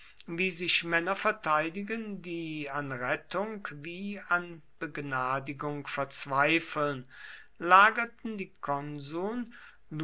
wie sich männer verteidigen die an rettung wie an begnadigung verzweifeln lagerten die konsuln